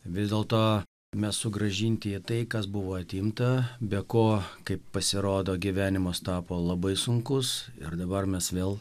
vis dėl to mes sugrąžinti į tai kas buvo atimta be ko kaip pasirodo gyvenimas tapo labai sunkus ir dabar mes vėl